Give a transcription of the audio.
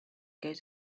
goes